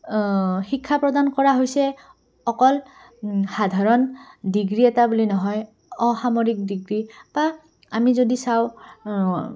শিক্ষা প্ৰদান কৰা হৈছে অকল সাধাৰণ ডিগ্ৰী এটা বুলি নহয় অসামৰিক ডিগ্ৰী বা আমি যদি চাওঁ